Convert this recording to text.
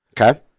Okay